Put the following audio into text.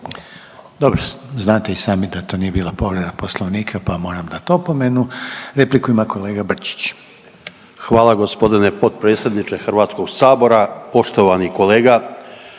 Dobro, znate i sami da to nije bila povreda Poslovnika pa vam moram dat opomenu. Repliku ima kolega Brčić. **Brčić, Luka (HDZ)** Hvala gospodine potpredsjedniče Hrvatskog sabora. Poštovani kolega,